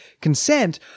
consent